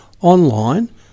online